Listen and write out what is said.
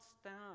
stand